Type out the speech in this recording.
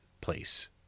Place